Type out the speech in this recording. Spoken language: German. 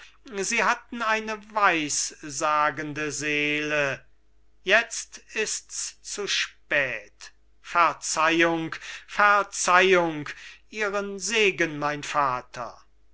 sie hatten eine weissagende seele jetzt ist's zu spät verzeihung verzeihung ihren segen mein vater